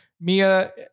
Mia